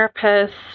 therapist